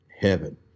heaven